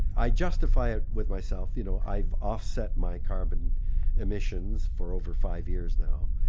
i justify it with myself, you know i've offset my carbon emissions for over five years now.